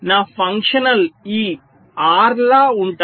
నా ఫంక్షన్స్ ఈ or ల ఉంటాయి